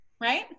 right